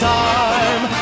time